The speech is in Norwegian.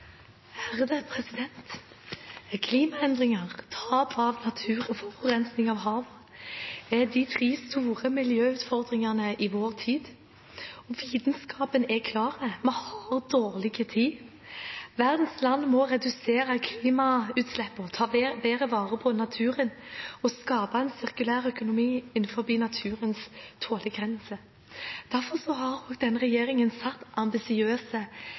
Klimaendringer, tap av natur og forurensning av havene er de tre store miljøutfordringene i vår tid. Vitenskapen er klar: Vi har dårlig tid. Verdens land må redusere klimagassutslippene, ta bedre vare på naturen og skape en sirkulær økonomi innenfor naturens tålegrense. Derfor har denne regjeringen satt ambisiøse